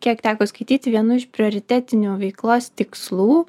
kiek teko skaityti vienu iš prioritetinių veiklos tikslų